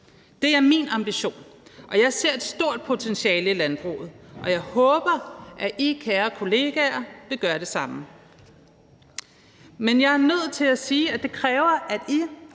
Det er min ambition, og jeg ser et stort potentiale i landbruget, og jeg håber, at I, kære kollegaer, vil gøre det samme. Men jeg er nødt til at sige, at det kræver, at I,